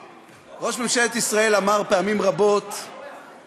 ראש ממשלת ישראל אמר פעמים רבות, אוה, הופעת אורח.